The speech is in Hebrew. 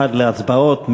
עד להצבעות,